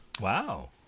Wow